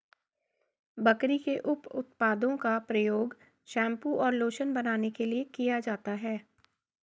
बकरी के उप उत्पादों का उपयोग शैंपू और लोशन बनाने के लिए किया जाता है